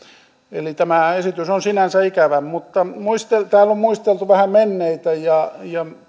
eli tämä esitys on sinänsä ikävä mutta täällä on muisteltu vähän menneitä ja